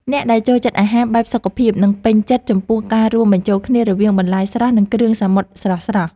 អ្នកដែលចូលចិត្តអាហារបែបសុខភាពនឹងពេញចិត្តចំពោះការរួមបញ្ចូលគ្នារវាងបន្លែស្រស់និងគ្រឿងសមុទ្រស្រស់ៗ។